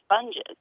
sponges